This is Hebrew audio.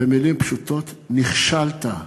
במילים פשוטות, נכשלת.